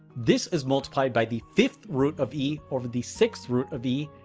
this is multiplied by the fifth root of e over the sixth root of e,